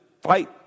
fight